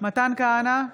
מתן כהנא,